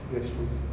that's true